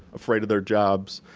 afraid of their jobs,